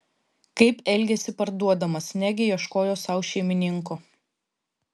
kaip elgėsi parduodamas negi ieškojo sau šeimininko